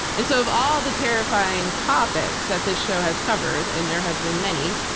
and so of all the terrifying topics that the show has covered, and there have been many,